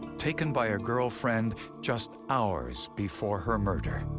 taken by a girlfriend just hours before her murder.